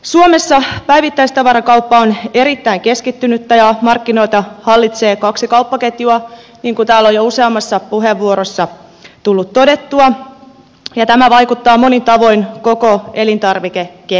suomessa päivittäistavarakauppa on erittäin keskittynyttä ja markkinoita hallitsee kaksi kauppaketjua niin kuin täällä on jo useammassa puheenvuorossa tullut todettua ja tämä vaikuttaa monin tavoin koko elintarvikeketjuun